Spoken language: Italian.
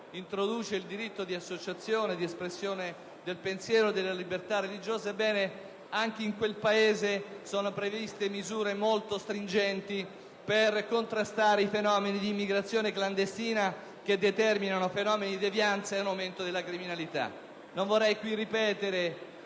introduce il diritto di associazione e di espressione del pensiero e della libertà religiosa), sono previste misure molto stringenti per contrastare i fenomeni di immigrazione clandestina che determinano fenomeni di devianza ed un aumento della criminalità. Non vorrei qui ripetere,